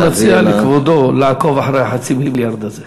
אני מציע לכבודו לעקוב אחרי 0.5 המיליארד הזה.